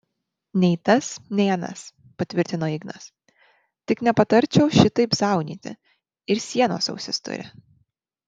nei tas nei anas patvirtino ignas tik nepatarčiau šitaip zaunyti ir sienos ausis turi